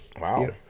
Wow